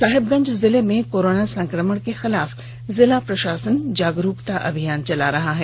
साहेबगंज जिले में कोरोना संक्रमण के खिलाफ जिला प्रशासन जागरूकता अभियान चला रहा है